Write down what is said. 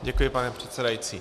Děkuji, pane předsedající.